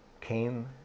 came